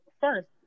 first